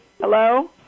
Hello